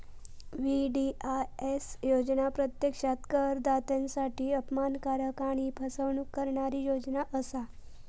VDIS योजना प्रत्यक्षात करदात्यांसाठी अपमानकारक आणि फसवणूक करणारी योजना असा